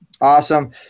Awesome